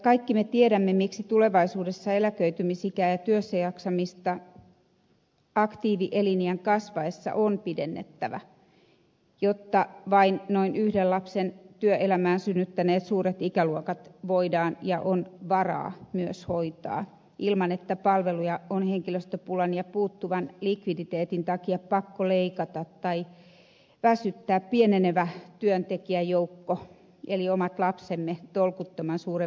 kaikki me tiedämme miksi tulevaisuudessa eläköitymisikää ja työssä jaksamista aktiivieliniän kasvaessa on pidennettävä jotta vain noin yhden lapsen työelämään synnyttäneet suuret ikäluokat voidaan ja on varaa myös hoitaa ilman että palveluja on henkilöstöpulan ja puuttuvan likviditeetin takia pakko leikata tai on tarpeen väsyttää pienenevä työntekijäjoukko eli omat lapsemme tolkuttoman suuren verotaakan alle